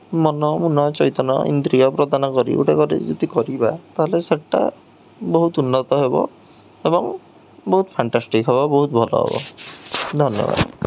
ମନ ମୁନ ଚୈତନ ଇନ୍ଦ୍ରିୟ ପ୍ରଦାନ କରି ଗୋଟେ କରି ଯଦି କରିବା ତା'ହେଲେ ସେଟା ବହୁତ ଉନ୍ନତ ହେବ ଏବଂ ବହୁତ ଫାଣ୍ଟାଷ୍ଟିକ୍ ହେବ ବହୁତ ଭଲ ହେବ ଧନ୍ୟବାଦ